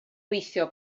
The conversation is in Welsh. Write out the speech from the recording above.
gweithio